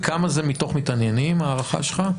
וכמה זה מתוך מתעניינים, הערכה שלך?